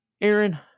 Aaron